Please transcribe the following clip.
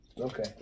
Okay